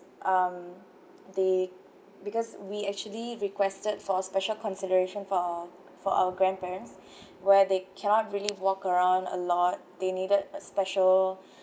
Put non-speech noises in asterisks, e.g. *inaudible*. um they because we actually requested for special consideration for for our grandparents *breath* where they cannot really walk around a lot they needed a special